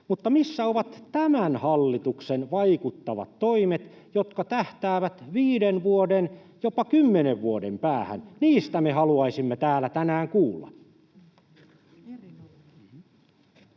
Mutta missä ovat tämän hallituksen vaikuttavat toimet, jotka tähtäävät viiden vuoden, jopa kymmenen vuoden päähän? Niistä me haluaisimme täällä tänään kuulla.